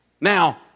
Now